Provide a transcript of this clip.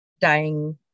dying